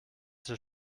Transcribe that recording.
zur